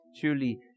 truly